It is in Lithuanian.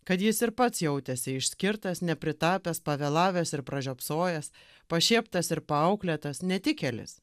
kad jis ir pats jautėsi išskirtas nepritapęs pavėlavęs ir pražiopsojęs pašieptas ir paauklėtas netikėlis